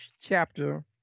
chapter